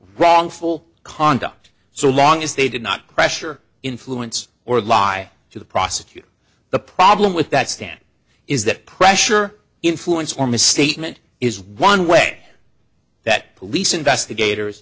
wrongful conduct so long as they did not pressure influence or lie to the prosecutor the problem with that stand is that pressure influence or misstatement is one way that police investigators